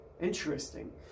Interesting